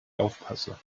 aufpasse